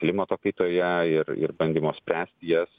klimato kaitoje ir ir bandymo spręsti jas